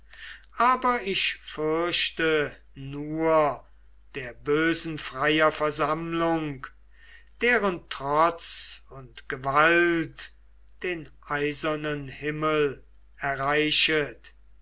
aber ich fürchte nur der bösen freier versammlung deren trotz und gewalt den eisernen himmel erreichet